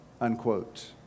unquote